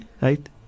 Right